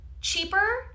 cheaper